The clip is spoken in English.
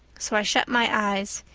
so i shut my eyes.